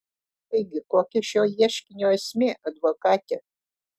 taigi kokia šio ieškinio esmė advokate